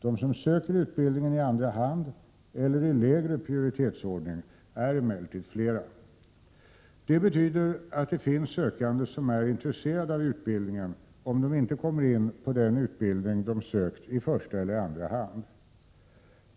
De som söker utbildningen i andra hand eller i lägre prioritetsordning är emellertid fler. Det betyder att det finns sökande som är intresserade av utbildningen, om de inte kommer in på den utbildning de sökt i första eller andra hand.